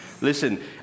Listen